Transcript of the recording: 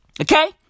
Okay